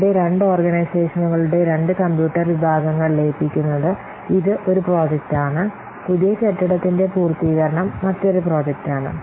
ഇവിടെ രണ്ട് ഓർഗനൈസേഷനുകളുടെ രണ്ട് കമ്പ്യൂട്ടർ വിഭാഗങ്ങൾ ലയിപ്പിക്കുന്നത് ഇത് ഒരു പ്രോജക്റ്റാണ് പുതിയ കെട്ടിടത്തിന്റെ പൂർത്തീകരണം മറ്റൊരു പ്രോജക്റ്റാണ്